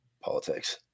politics